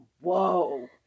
Whoa